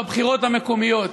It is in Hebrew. בבחירות המקומיות.